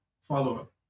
follow-up